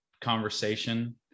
conversation